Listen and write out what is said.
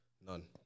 None